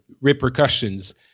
repercussions